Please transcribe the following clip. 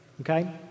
Okay